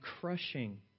crushing